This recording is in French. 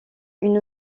une